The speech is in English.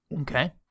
okay